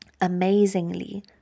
amazingly